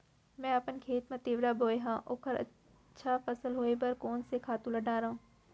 मैं अपन खेत मा तिंवरा बोये हव ओखर अच्छा फसल होये बर कोन से खातू ला डारव?